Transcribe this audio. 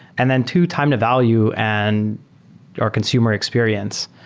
and then, two, time to value and or consumer experience.